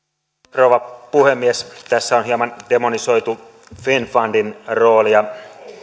rouva puhemies tässä on hieman demonisoitu finnfundin roolia